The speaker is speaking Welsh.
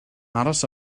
aros